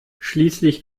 schließlich